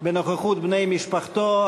בנוכחות בני משפחתו.